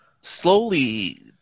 slowly